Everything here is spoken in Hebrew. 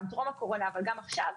גם טרום הקורונה וגם עכשיו,